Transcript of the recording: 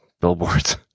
billboards